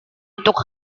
untuk